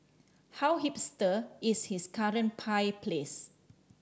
how hipster is his current pie place